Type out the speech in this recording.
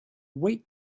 wait